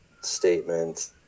statement